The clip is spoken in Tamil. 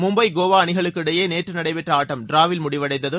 மும்பை கோவாஅணிகளுக்கிடையேநேற்றுநடைபெற்றஆட்டம் டிராவில் முடிவடைந்தது